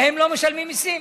והם לא משלמים מיסים.